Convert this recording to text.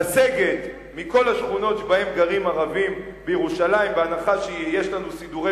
לסגת מכל השכונות שבהן גרים ערבים בירושלים בהנחה שיש לנו סידורי